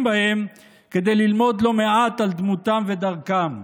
בהם כדי ללמוד לא מעט על דמותם ודרכם.